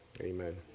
amen